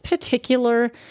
Particular